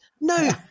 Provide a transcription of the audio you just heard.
No